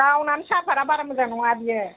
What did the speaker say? गावनानो साहा फादआ बारा मोजां नङा बियो